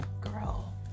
girl